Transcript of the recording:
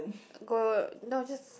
go no I just